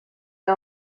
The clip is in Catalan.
que